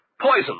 Poison